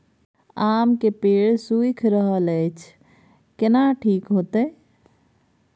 आम के पेड़ सुइख रहल एछ केना ठीक होतय?